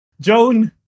Joan